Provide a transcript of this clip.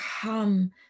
come